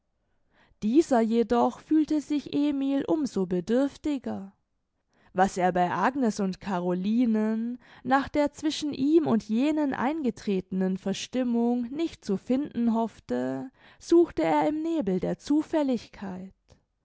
dieser jedoch fühlte sich emil um so bedürftiger was er bei agnes und carolinen nach der zwischen ihm und jenen eingetretenen verstimmung nicht zu finden hoffte suchte er im nebel der zufälligkeit